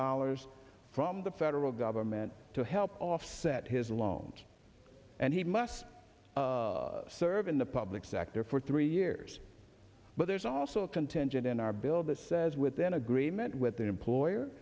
dollars from the federal government to help offset his loans and he must serve in the public sector for three years but there's also a contingent in our bill that says with an agreement with the employer